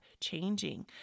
changing